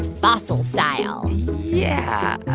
fossil-style yeah, uh